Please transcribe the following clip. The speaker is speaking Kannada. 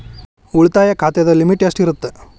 ಉಳಿತಾಯ ಖಾತೆದ ಲಿಮಿಟ್ ಎಷ್ಟ ಇರತ್ತ?